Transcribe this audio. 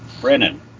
Brennan